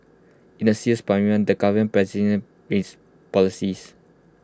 in A serious parliament the government presents its policies